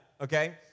okay